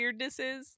weirdnesses